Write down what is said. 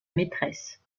maîtresse